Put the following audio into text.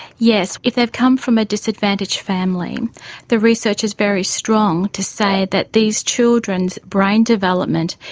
yes, if they've come from a disadvantaged family the research is very strong to say that these children's brain development,